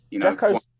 Jacko's